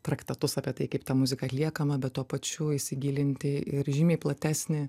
traktatus apie tai kaip ta muzika atliekama be to pačių įsigilinti ir žymiai platesnį